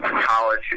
college